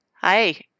Hi